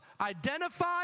identify